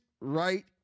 right